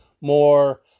more